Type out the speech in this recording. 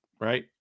right